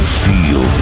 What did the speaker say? feel